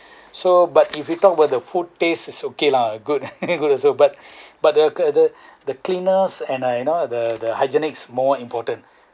so but if you talked about the food taste is okay lah good good also but but the the the cleanliness and I you know the the hygienic more important